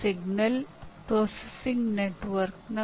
ಬಲವಾದ ಆಂತರಿಕ ಮತ್ತು ಬಾಹ್ಯ ಪ್ರೇರಣೆ ಇರಬೇಕು